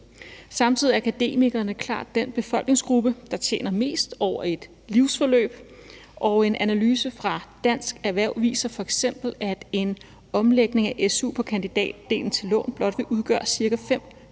Samtidig er akademikerne klart den befolkningsgruppe, der tjener mest over et livsforløb, og en analyse fra Dansk Erhverv viser f.eks., at en omlægning af su på kandidatdelen til lån blot vil udgøre ca. 5